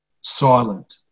silent